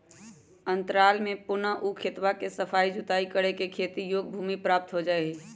अंतराल में पुनः ऊ खेतवा के सफाई जुताई करके खेती योग्य भूमि प्राप्त हो जाहई